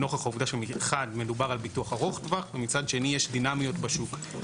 נוכח העובדה שמחד מדובר על ביטוח ארוך טווח ומצד שני יש דינמיות בשוק.